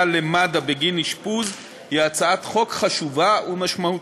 למד"א בגין אשפוז היא הצעת חוק חשובה ומשמעותית.